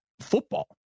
football